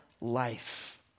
life